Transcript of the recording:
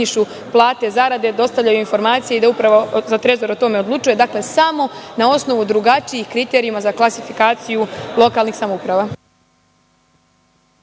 plate, zarade, dostavljaju informacije i da Trezor o tome odlučuje, samo na osnovu drugačijih kriterijuma za klasifikaciju lokalnih samouprava.